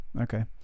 Okay